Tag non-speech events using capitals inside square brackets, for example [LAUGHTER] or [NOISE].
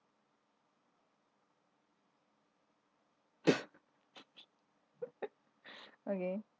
[LAUGHS] okay